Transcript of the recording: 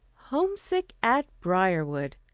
homesick at briarwood!